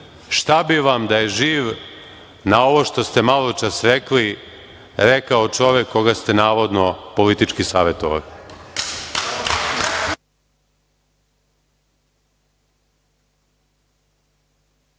šta bi vam da je živ, na ovo što ste maločas rekli, rekao čovek koga ste navodno politički savetovali.